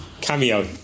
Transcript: Cameo